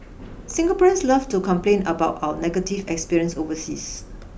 Singaporeans love to complain about our negative experience overseas